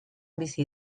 bizi